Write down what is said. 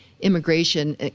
immigration